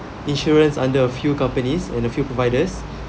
insurance under a few companies and a few providers